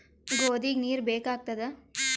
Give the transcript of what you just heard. ಗೋಧಿಗ ನೀರ್ ಬೇಕಾಗತದ?